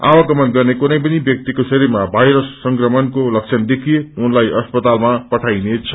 आवागमन गर्ने कुनै पनि व्याक्तिको शरीरमा वायरस संक्रमणको लक्षण देखिए उनलाई अस्पतालामा पठाईनेछ